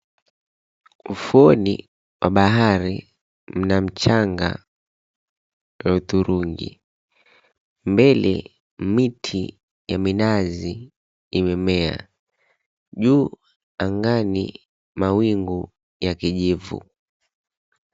Ufuoni mwa bahari mna mchanga wa hudhurungi, mbele miti ya minazi imemea ju angani mawingu ya kijivu.